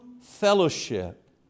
fellowship